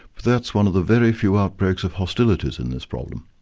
but that's one of the very few outbreaks of hostilities in this problem.